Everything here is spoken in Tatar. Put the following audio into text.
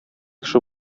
кеше